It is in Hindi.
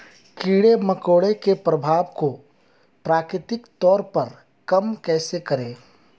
कीड़े मकोड़ों के प्रभाव को प्राकृतिक तौर पर कम कैसे करें?